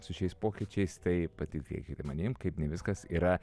su šiais pokyčiais tai patikėkit manim kaip ne viskas yra